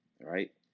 right